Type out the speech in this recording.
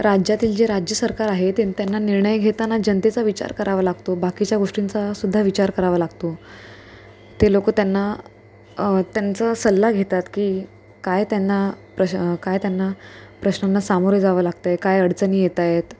राज्यातील जे राज्य सरकार आहे ते त्यांना निर्णय घेताना जनतेचा विचार करावा लागतो बाकीच्या गोष्टींचासुद्धा विचार करावा लागतो ते लोक त्यांना त्यांचा सल्ला घेतात की काय त्यांना प्रश काय त्यांना प्रश्नांना सामोरे जावं लागतं आहे काय अडचणी येत आहेत